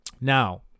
Now